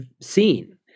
seen